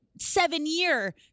seven-year